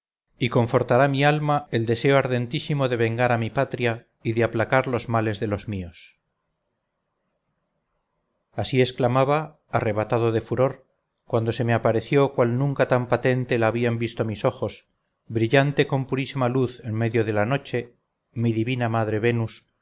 y confortará mi alma el deseo ardentísimo de vengar de vengar a mi patria y de aplacar los males de los míos así exclamaba arrebatado de furor cuando se me apareció cual nunca tan patente la habían visto mis ojos brillante con purísima luz en medio de la noche mi divina madre venus